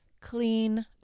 clean